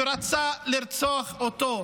ורוצה לרצוח אותו.